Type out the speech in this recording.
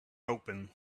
open